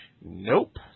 Nope